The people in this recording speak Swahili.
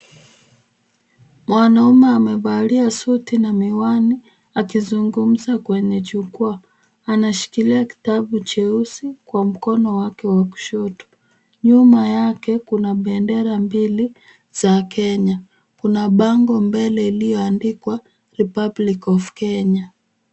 Mwanaume amevalia suti na miwani, akizungumza kwenye jukwaa. Anashikilia kitabu cheusi kwa mkono wake wa kushoto. Nyuma yake, kuna bendera mbili za Kenya. Kuna bango mbele iliyoandikwa, REPUBLIC OF KENYA .